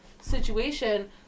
situation